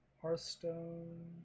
Hearthstone